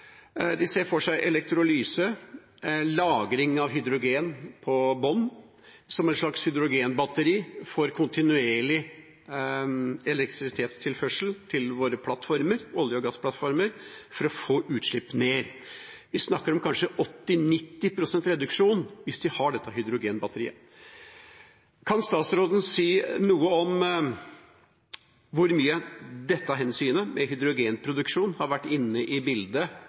De ser for seg elektrolyse, lagring av hydrogen på bunnen, som et slags hydrogenbatteri for kontinuerlig elektrisitetstilførsel til våre olje- og gassplattformer for å få utslippene ned. Vi snakker om kanskje 80–90 pst. reduksjon, hvis man har dette hydrogenbatteriet. Kan statsråden si noe om hvor mye dette hensynet – med hydrogenproduksjon – har vært inne i bildet